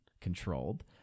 controlled